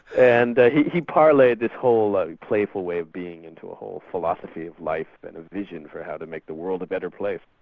and he he parlayed his whole life, a playful way of being into a whole philosophy of life and a vision for how to make the world a better place.